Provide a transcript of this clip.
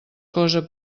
cosa